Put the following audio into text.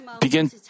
begin